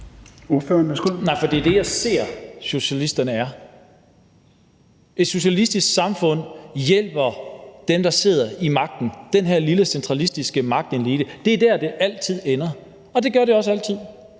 det er sådan, jeg ser socialisterne. Et socialistisk samfund hjælper dem, der sidder på magten – den her lille centralistiske magtelite. Det er sådan, det altid ender. Det gør det altid,